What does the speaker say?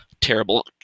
terrible